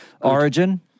Origin